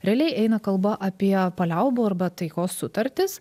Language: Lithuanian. realiai eina kalba apie paliaubų arba taikos sutartis